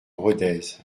rodez